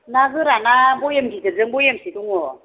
ना गोराना भयेम गिदिरजों भयेमसे दङ